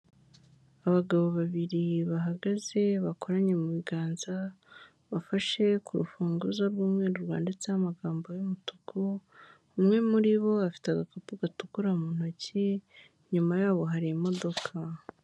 Abagabo babiri bahagaze bakoranye mu biganza bafashe ku rufunguzo rw'umweru rwanditseho amagambo y'umutuku umwe muri bo afite agakapu gatukura mu ntoki inyuma yabo hari imodoka.